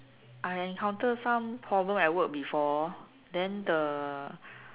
I encounter some problem at work before then the